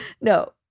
No